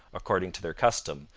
according to their custom,